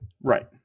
Right